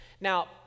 Now